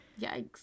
Yikes